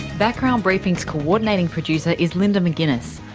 background briefing's coordinating producer is linda mcginness,